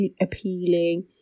appealing